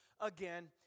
again